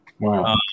Wow